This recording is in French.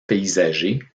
paysager